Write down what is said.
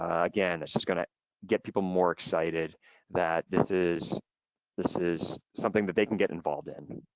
ah again, it's just gonna get people more excited that this is this is something that they can get involved in.